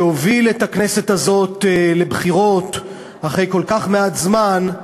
שהוביל את הכנסת הזאת לבחירות אחרי כל כך מעט זמן,